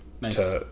Nice